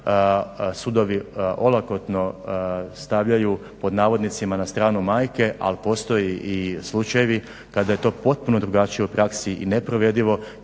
sudovi olakotno stavljaju pod navodnicima na stranu majke, ali postoje i slučajevi kada je to potpuno drugačije u praksi i neprovedivo,